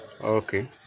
Okay